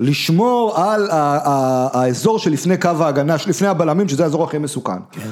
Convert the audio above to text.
לשמור על האזור שלפני קו ההגנה שלפני הבלמים שזה האזור הכי מסוכן.